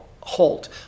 halt